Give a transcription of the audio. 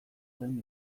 orain